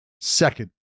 second